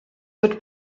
wird